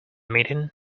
meeting